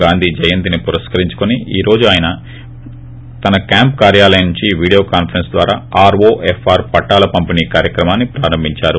గాంధీ జయంతిని పురస్కరించుకొని ఈ రోజు ఆయన తన క్యాంపు కార్యాలయం నుంచి వీడియో కాన్సరెన్ ద్దారా ఆర్యోఎఫ్ఆర్ పట్టాల పంపిణీ కార్యక్రమాన్సి ప్రారంభించారు